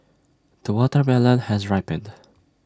the watermelon has ripened